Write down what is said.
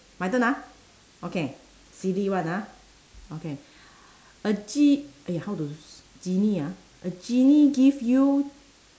my turn ah okay silly one ah okay a ge~ !aiya! how to genie ah a genie give you